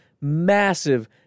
massive